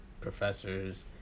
professors